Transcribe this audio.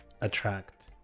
attract